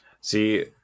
See